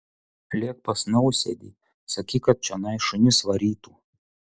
lėk pas nausėdį sakyk kad čionai šunis varytų